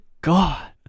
god